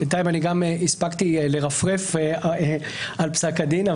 בינתיים הספקתי לרפרף על פסק הדין.